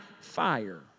fire